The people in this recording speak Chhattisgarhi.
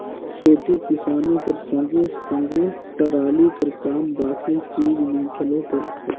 खेती किसानी कर संघे सघे टराली कर काम बाकी चीज मे घलो परथे